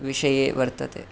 विषये वर्तते